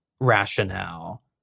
rationale